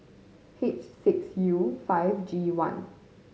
H six U five G one